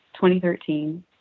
2013